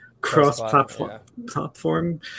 cross-platform